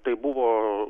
tai buvo